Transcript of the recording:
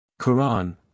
Quran